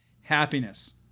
happiness